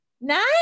Nice